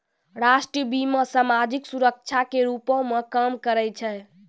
राष्ट्रीय बीमा, समाजिक सुरक्षा के रूपो मे काम करै छै